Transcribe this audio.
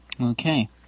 Okay